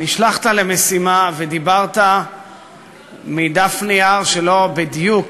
נשלחת למשימה ודיברת מדף נייר שלא בדיוק